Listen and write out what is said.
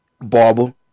barber